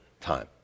time